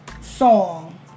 song